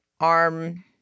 arm